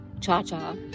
cha-cha